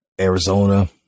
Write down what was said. Arizona